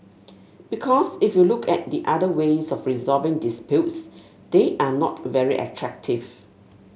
because if you look at the other ways of resolving disputes they are not very attractive